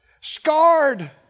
scarred